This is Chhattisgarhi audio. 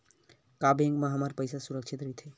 का बैंक म हमर पईसा ह सुरक्षित राइथे?